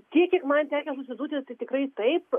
tiek kiek man tekę susidurti tai tikrai taip